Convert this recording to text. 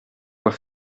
quoi